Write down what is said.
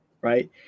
right